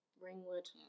ringwood